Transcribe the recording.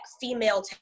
female